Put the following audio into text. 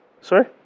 Sorry